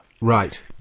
Right